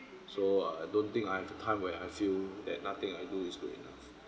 so I don't think I have a time where I feel that nothing I do is good enough